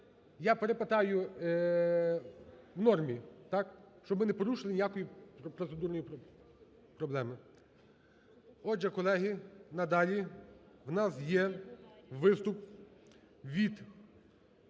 Я перепитаю, в нормі, так? Щоб ми не порушили ніякої процедурної проблеми. Отже, колеги, надалі в нас є виступ від...